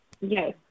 Yes